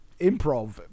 improv